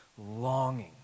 longing